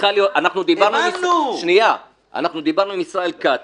דיברנו עם ישראל כץ,